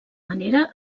manera